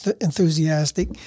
enthusiastic